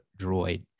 droid